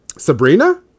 Sabrina